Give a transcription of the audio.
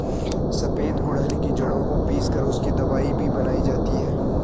सफेद गुड़हल की जड़ों को पीस कर उसकी दवाई भी बनाई जाती है